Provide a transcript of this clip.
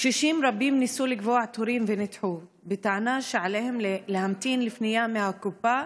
קשישים רבים ניסו לקבוע תורים ונדחו בטענה שעליהם להמתין לפנייה מהקופה.